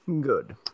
Good